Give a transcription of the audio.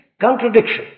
contradiction